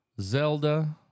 Zelda